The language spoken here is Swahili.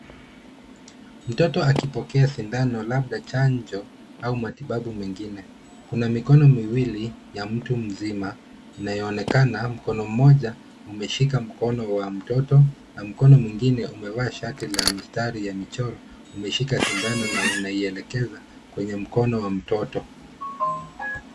Mtoto akipokea sindano labda chanjo au matibabu mengine. Kuna mikono miwili ya mtu mzima inayoonekana. Mkono mmoja umeshika mkono wa mtoto na mkono mwingine umevaa shati la mistari ya mishoro imeshika sindano na unaielekeza kwenye mkono wa mtoto.